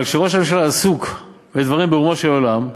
אבל כשראש הממשלה עסוק בדברים ברומו של עולם,